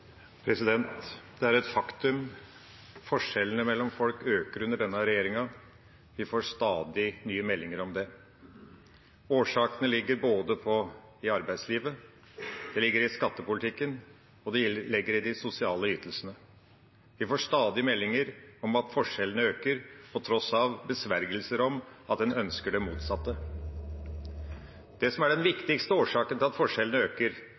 Det er et faktum at forskjellene mellom folk øker under denne regjeringa – vi får stadig nye meldinger om det. Årsakene ligger både i arbeidslivet, de ligger i skattepolitikken, og de ligger i de sosiale ytelsene. Vi får stadig meldinger om at forskjellene øker på tross av besvergelser om at en ønsker det motsatte. Det som er den viktigste årsaken til at forskjellene øker,